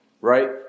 right